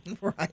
Right